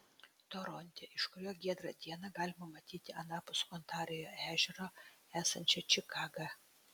toronte iš kurio giedrą dieną galima matyti anapus ontarijo ežero esančią čikagą